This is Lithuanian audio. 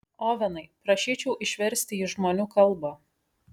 ovenai prašyčiau išversti į žmonių kalbą